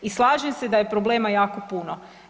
I slažem se da je problema jako puno.